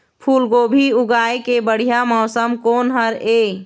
फूलगोभी उगाए के बढ़िया मौसम कोन हर ये?